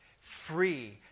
free